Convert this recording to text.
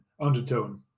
undertone